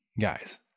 guys